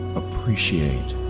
appreciate